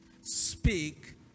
speak